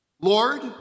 Lord